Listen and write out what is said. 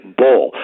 bull